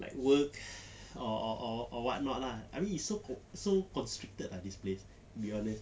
like work or or or or whatnot lah I mean it's so so constricted lah this place to be honest